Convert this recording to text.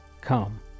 come